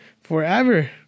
forever